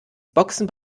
boxen